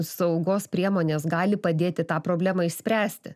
saugos priemonės gali padėti tą problemą išspręsti